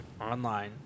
online